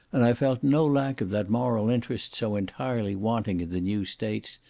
and i felt no lack of that moral interest so entirely wanting in the new states,